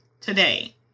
today